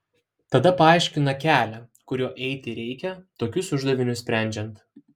tada paaiškina kelią kuriuo eiti reikia tokius uždavinius sprendžiant